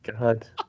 God